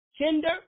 gender